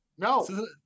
No